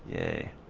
a